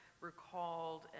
recalled